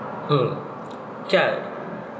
mm